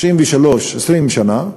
מ-1993 20 שנה,